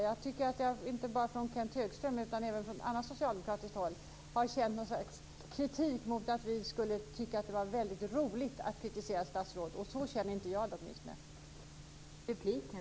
Jag tycker mig ha uppfattat, inte bara från Kenth Högström utan även från andra socialdemokrater, något slags kritik mot att vi skulle tycka att det var väldigt roligt att kritisera statsråd. Så känner åtminstone inte jag det.